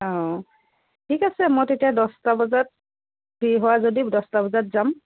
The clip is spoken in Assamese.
অঁ ঠিক আছে মই তেতিয়া দছটা বজাত ফ্ৰী হোৱা যদি দহটা বজাত যাম